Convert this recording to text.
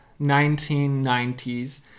1990s